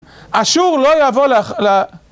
אשור לא יבוא ל...